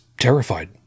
terrified